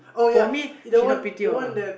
for me she not pretty